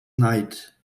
night